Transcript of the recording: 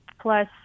Plus